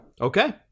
Okay